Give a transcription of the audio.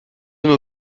nos